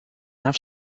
have